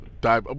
die